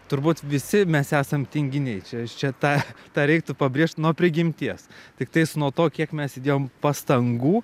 turbūt visi mes esam tinginiai nes čia tą tą reiktų pabrėžt nuo prigimties tiktais nuo to kiek mes įdėjom pastangų